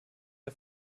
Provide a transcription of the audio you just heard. der